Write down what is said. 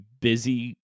busy